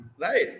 right